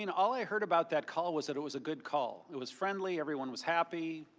and all i heard about that call was that it was a good call. it was friendly, everyone was happy.